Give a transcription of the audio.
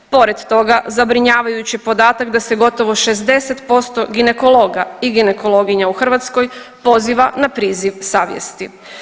Pored toga, zabrinjavajući podatak da se gotovo 60% ginekologa i ginekologinja u Hrvatskoj poziva na priziv savjesti.